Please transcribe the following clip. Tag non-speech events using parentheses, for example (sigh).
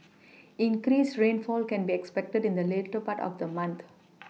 (noise) increased rainfall can be expected in the later part of the month (noise)